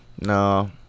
No